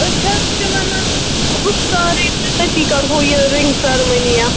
أسۍ حظ چھِ وَنان گُپکار تٔتی کَرہو یہِ رِنٛگ سٔرمٔنی یا